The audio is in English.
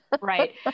right